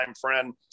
friend